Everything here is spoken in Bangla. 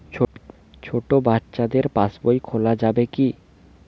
ছোট বাচ্চাদের পাশবই খোলা যাবে কি?